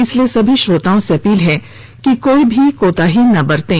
इसलिए सभी श्रोताओं से अपील है कि कोई भी कोताही ना बरतें